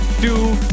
two